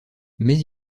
mais